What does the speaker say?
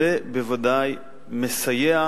זה בוודאי מסייע